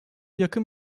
yakın